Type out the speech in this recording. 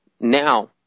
Now